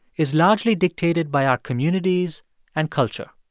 is largely dictated by our communities and culture.